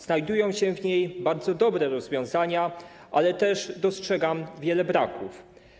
Znajdują się w niej bardzo dobre rozwiązania, ale też dostrzegam wiele braków.